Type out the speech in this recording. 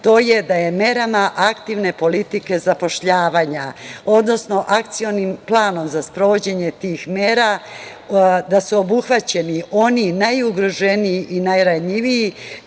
to je da je merama aktivne politike zapošljavanja, odnosno Akcionim planom za sprovođenje tih mera, da su obuhvaćeni oni najugroženiji i najranjiviji